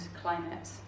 climate